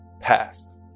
passed